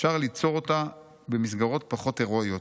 אפשר ליצור אותה במסגרות פחות הירואיות.